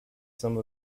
some